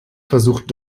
versucht